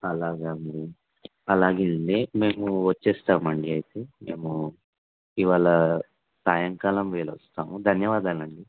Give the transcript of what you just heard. అలాగా అండి అలాగే అండి మేము వస్తాం అండి అయితే మేము ఇవాళ సాయంకాలం వేళ వస్తాము ధన్యవాదాలండి